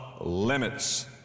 limits